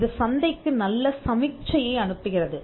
இது சந்தைக்கு நல்ல சமிக்ஜையை அனுப்புகிறது